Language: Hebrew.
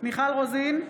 מיכל רוזין,